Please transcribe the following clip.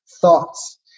thoughts